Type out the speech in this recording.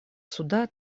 суда